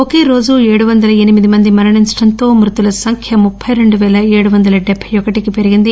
ఒకే రోజు ఏడు వందల ఎనిమిది మంది మరణించటంతో మృతుల సంఖ్య ముప్పై రెండు పేల ఏడు వందల డెబ్బై ఒకటికి పెరిగింది